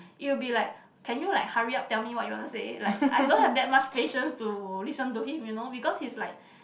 it will be like can you like hurry up tell me what you want to say like I don't have that much patience to listen to him you know because he's like